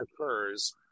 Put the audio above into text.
occurs